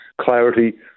clarity